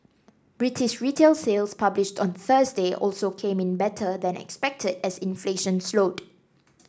British retail sales published on Thursday also came in better than expected as inflation slowed